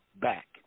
back